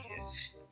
kids